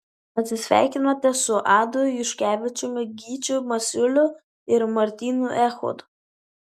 atsisveikinote su adu juškevičiumi gyčiu masiuliu ir martynu echodu